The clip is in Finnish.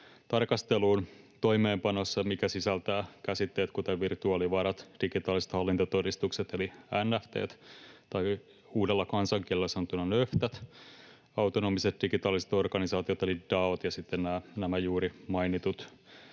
hajautettu internet, mikä sisältää käsitteet kuten virtuaalivarat, digitaaliset hallintotodistukset eli NFT:t — tai uudella kansankielellä sanottuna ”nöftät” —, autonomiset digitaaliset organisaatiot eli DAO:t ja sitten nämä juuri mainitut